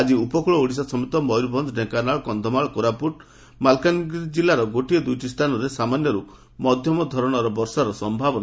ଆଜି ଉପକୁଳ ଓଡ଼ିଶା ସମେତ ମୟୂରଭଞ୍ଞ ଢ଼େଙ୍କାନାଳ କନ୍ଧମାଳ କୋରାପୁଟ ମାଲକାନଗିରିର ଗୋଟିଏ ଦୁଇଟି ସ୍ଥାନରେ ସାମାନ୍ୟରୁ ମଧ୍ଧମ ଧରଣର ବର୍ଷା ହେବାର ସୟାବନା